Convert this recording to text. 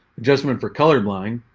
adjustment for colorblind